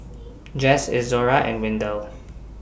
Jess Izora and Windell